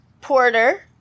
Porter